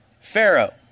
Pharaoh